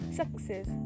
success